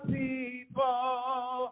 people